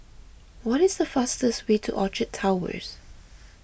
what is the fastest way to Orchard Towers